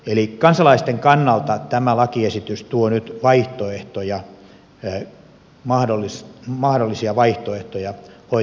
eli kansalaisten kannalta tämä lakiesitys tuo nyt vaihtoehtoja mahdollisia vaihtoehtoja hoitaa tuo katsastusvelvoite